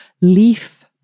leaf